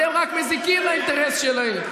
אתם רק מזיקים לאינטרס ------- שלהם.